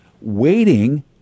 waiting